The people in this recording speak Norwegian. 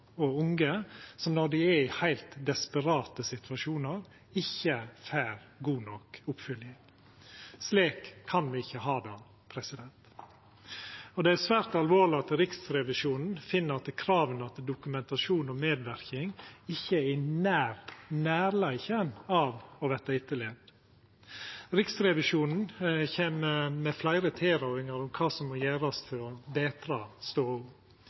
unge som når dei er i ein heilt desperat situasjon, ikkje får god nok oppfylging. Slik kan me ikkje ha det. Det er svært alvorleg at Riksrevisjonen finn at krava til dokumentasjon om medverknad ikkje er i nærleiken av å verta etterlevde. Riksrevisjonen kjem med fleire tilrådingar om kva som må gjerast for å betra stoda. Kortversjonen handlar om